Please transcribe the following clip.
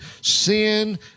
sin